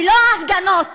ולא ההפגנות